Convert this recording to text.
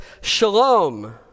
shalom